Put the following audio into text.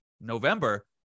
November